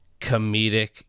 comedic